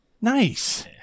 Nice